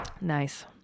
Nice